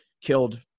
killed